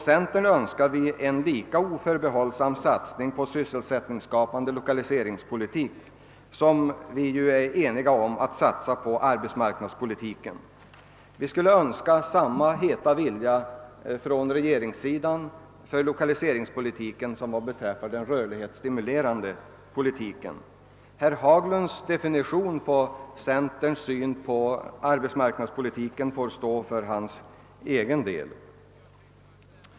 Centern önskar en lika oförbehållsam satsning på sysselsättningsskapande lokaliseringspolitik som på den rörlighetsstimulerande arbetsmarknadspolitiken. Vi skulle önska samma heta vilja från regeringens sida då det gäller lokaliseringspolitiken som i fråga om den rörlighetsstimulerande politiken. Herr Haglunds definition på centerns syn på arbetsmarknadspolitiken får stå för hans egen räkning.